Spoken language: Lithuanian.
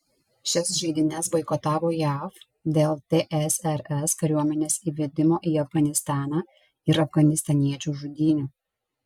šias žaidynes boikotavo jav dėl tsrs kariuomenės įvedimo į afganistaną ir afganistaniečių žudynių